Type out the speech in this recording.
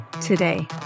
today